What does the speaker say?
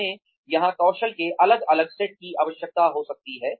हमें यहां कौशल के एक अलग सेट की आवश्यकता हो सकती है